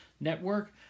network